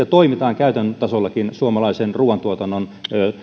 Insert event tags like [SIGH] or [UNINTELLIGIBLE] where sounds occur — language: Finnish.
[UNINTELLIGIBLE] toimitaan sitten käytännön tasollakin suomalaisen ruuantuotannon